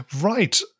Right